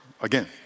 again